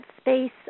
space